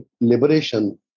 liberation